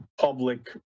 public